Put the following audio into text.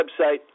website